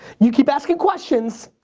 you keep asking questions,